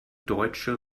deutsche